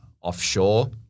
offshore